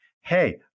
Hey